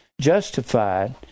Justified